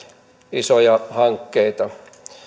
isoja hankkeita